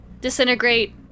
disintegrate